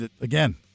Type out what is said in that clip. Again